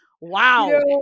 wow